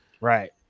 Right